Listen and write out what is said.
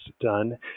done